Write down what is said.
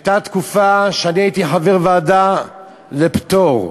הייתה תקופה שאני הייתי חבר ועדה למתן פטור,